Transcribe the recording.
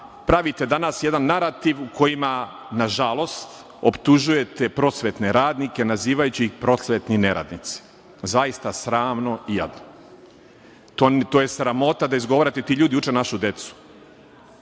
pravite danas jedan narativ kojim, nažalost optužujete prosvetne radnike nazivajući ih prosvetnim neradnicima. Zaista sramno i jadno. To je sramota da izgovarate. Ti ljudi uče našu decu.35/2